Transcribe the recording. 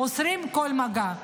אוסרים כל מגע.